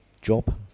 job